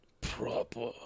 Proper